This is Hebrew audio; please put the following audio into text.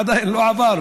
עדיין לא עבר,